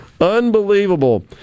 Unbelievable